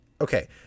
Okay